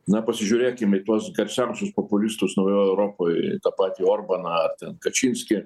na pasižiūrėkim į tuos garsiausius populistus naujoj europoj tą patį orbaną ar ten kačinskį